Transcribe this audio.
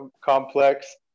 complex